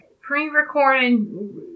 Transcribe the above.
pre-recorded